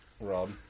Rob